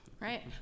Right